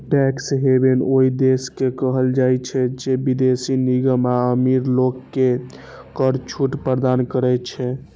tax haven ओइ देश के कहल जाइ छै, जे विदेशी निगम आ अमीर लोग कें कर छूट प्रदान करै छै